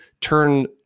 turn